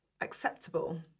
acceptable